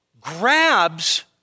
grabs